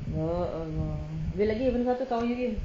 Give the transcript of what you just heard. ya allah ada lagi mana satu kawan you